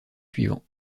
suivant